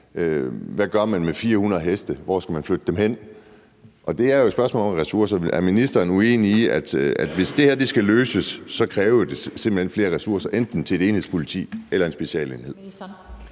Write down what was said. altså i forhold til hvor man skal flytte dem hen. Og det er jo et spørgsmål om ressourcer. Er ministeren uenig i, at hvis det her skal løses, kræver det simpelt hen flere ressourcer – enten til et enhedspoliti eller en specialenhed?